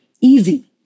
easy